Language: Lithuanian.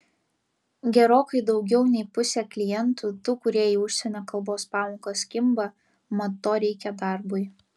gerokai daugiau nei pusė klientų tų kurie į užsienio kalbos pamokas kimba mat to reikia darbui